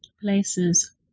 places